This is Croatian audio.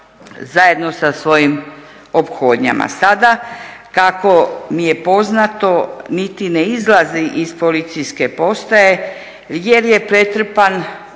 zajedno sa svojim ophodnjama. Sada kako mi je poznato niti ne izlazi iz policijske postaje jer je pretrpan